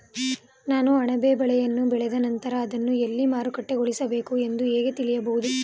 ನಾನು ಅಣಬೆ ಬೆಳೆಯನ್ನು ಬೆಳೆದ ನಂತರ ಅದನ್ನು ಎಲ್ಲಿ ಮಾರುಕಟ್ಟೆಗೊಳಿಸಬೇಕು ಎಂದು ಹೇಗೆ ತಿಳಿದುಕೊಳ್ಳುವುದು?